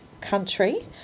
country